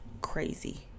crazy